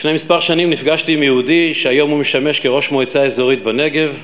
לפני מספר שנים נפגשתי עם יהודי שהיום הוא משמש כראש מועצה אזורית בנגב,